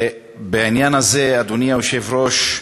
בעניין הזה, אדוני היושב-ראש,